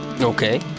Okay